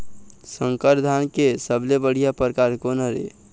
संकर धान के सबले बढ़िया परकार कोन हर ये?